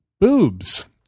boobs